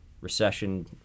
recession